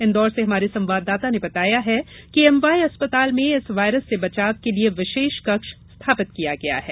इंदौर से हमारे संवाददाता ने बताया है कि एमवाय अस्पताल में इस वायरस से बचाव के लिए विशेष कक्ष स्थापित किया गया है